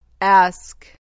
Ask